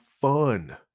fun